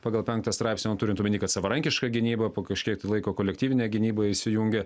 pagal penktą straipsnį o turint omeny kad savarankiška gynyba po kažkiek tai laiko kolektyvinė gynyba įsijungia